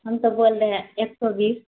ہم تو بول رہے ہیں ایک سو بیس